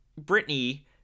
Britney